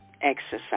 Exercise